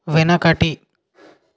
వెనకటి